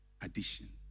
addition